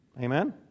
Amen